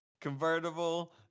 convertible